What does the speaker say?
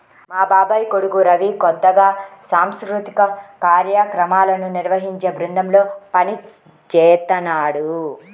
మా బాబాయ్ కొడుకు రవి కొత్తగా సాంస్కృతిక కార్యక్రమాలను నిర్వహించే బృందంలో పనిజేత్తన్నాడు